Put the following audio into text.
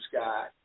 sky